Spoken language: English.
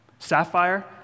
Sapphire